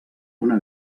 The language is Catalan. una